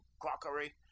crockery